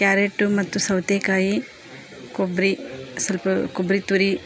carrot ಮತ್ತು ಸೌತೆಕಾಯಿ ಕೊಬ್ಬರಿ ಸ್ವಲ್ಪ ಕೊಬ್ಬರಿ ತುರಿ